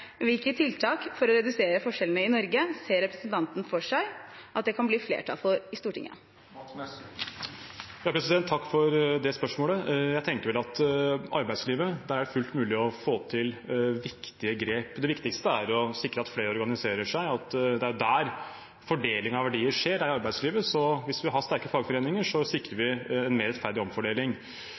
Hvilke tiltak for å redusere forskjellene i Norge ser representanten for seg at det kan bli flertall for i Stortinget? Takk for det spørsmålet. Jeg tenker vel at det i arbeidslivet er fullt mulig å få til viktige grep. Det viktigste er å sikre at flere organiserer seg. Det er jo der, i arbeidslivet, at fordelingen av verdier skjer, så hvis vi har sterke fagforeninger, sikrer vi mer rettferdig omfordeling.